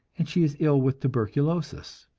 and she is ill with tuberculosis.